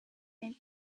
and